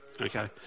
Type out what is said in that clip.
Okay